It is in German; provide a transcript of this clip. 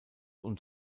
und